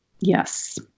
Yes